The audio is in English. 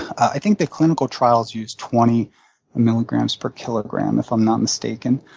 i think the clinical trials use twenty milligrams per kilogram if i'm not mistaken.